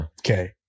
okay